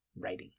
writing